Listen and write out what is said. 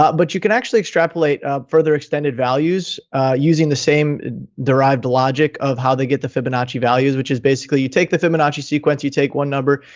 ah but you can actually extrapolate further extended values using the same derived logic of how they get the fibonacci values, which is basically you take the fibonacci sequence, you take one number,